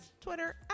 Twitter